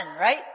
right